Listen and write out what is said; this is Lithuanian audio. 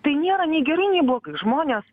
tai nėra nei gerai nei blogai žmonės